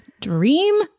Dream